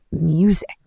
music